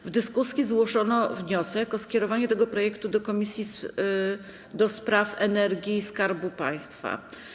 W dyskusji został zgłoszony wniosek o skierowanie tego projektu do Komisji do Spraw Energii i Skarbu Państwa.